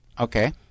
Okay